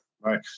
Right